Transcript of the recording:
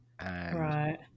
Right